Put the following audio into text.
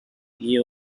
yew